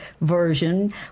version